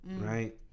Right